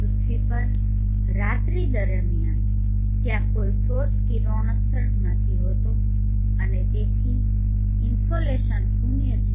પૃથ્વી પર રાત્રિ દરમિયાન ત્યાં કોઈ સૌર કિરણોત્સર્ગ નથી હોતો અને તેથી ઈનસોલેસન શૂન્ય છે